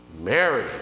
Mary